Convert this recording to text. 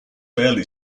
barely